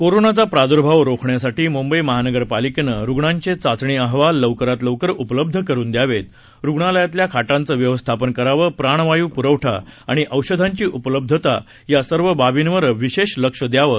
कोरोनाचा प्रादुर्भाव रोखण्यासाठी मुंबई महानगरपालिकेनं रुग्णांचे चाचणी अहवाल लवकरात लवकर उपलब्ध करुन द्यावेत रुग्णालयातल्या खाटांचं व्यवस्थापन कराव प्राणवायू पुरवठा आणि औषधांची उपलब्धता या सर्व बाबींवर विशेष लक्ष द्यावं